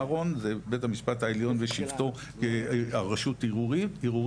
אהרון זה בית המשפט העליון ושבטו הרשות הערעורית,